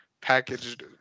packaged